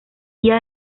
día